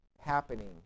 happening